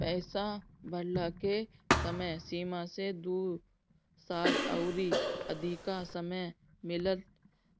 पईसा भरला के समय सीमा से दू साल अउरी अधिका समय मिलत